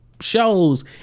Shows